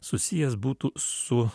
susijęs būtų su